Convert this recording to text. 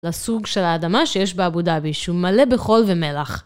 לסוג של האדמה שיש באבודאביס, שהוא מלא בחול ומלח.